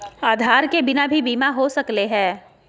आधार के बिना भी बीमा हो सकले है?